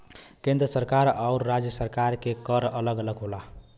केंद्र सरकार आउर राज्य सरकार के कर अलग अलग होला